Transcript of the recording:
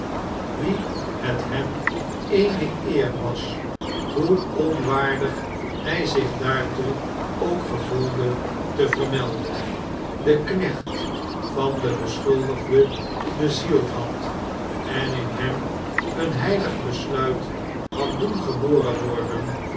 wien het hem eene eer was hoe onwaardig hy zich daartoe ook gevoelde te vermelden den knecht van den beschuldigde bezield had en in hem een heilig besluit had doen geboren wordeuomde